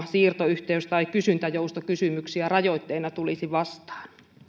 siirtoyhteys tai kysyntäjoustokysymyksiä rajoitteena tulisi vastaan